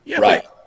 Right